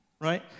right